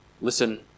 Listen